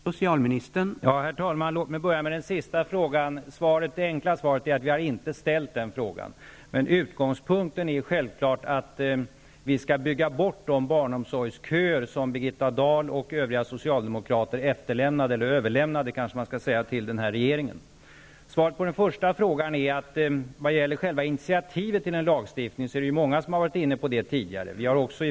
Herr talman! Jag börjar med den sista frågan. Det enkla svaret är att vi inte har stället den. Utgångspunkten är dock självfallet att vi skall bygga bort de barnomsorgsköer som Birgitta Dahl och övriga socialdemokrater överlämnade till den nuvarande regeringen. När det gäller initiativet till en lagstiftning, är det många som tidigare har varit inne på den frågan.